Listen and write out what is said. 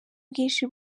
bwinshi